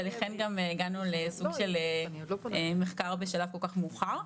ולכן גם הגענו לסוג של מחקר בשלב כל כך מאוחר.